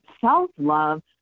self-love